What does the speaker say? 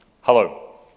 Hello